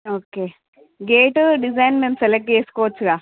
okay gate design మేము select చేసుకొవచ్చుగా